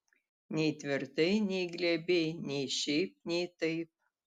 nei tvirtai nei glebiai nei šiaip nei taip